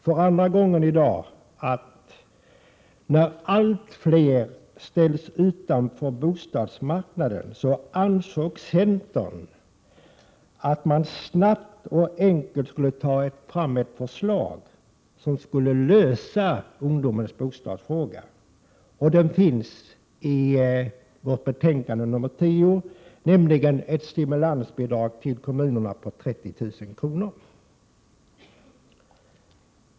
För andra gången i dag sade Agne Hansson att när allt fler ställs utanför bostadsmarknaden anser centern att man snabbt och enkelt skall ta fram ett förslag för att lösa ungdomarnas bostadsproblem. Detta förslag finns i bostadsutskottets betänkande 10. Detta förslag innebär att man ger ett stimulansbidrag på 30 000 till kommunerna.